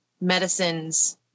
medicines